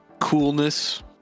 Coolness